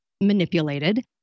manipulated